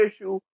issue